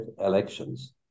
elections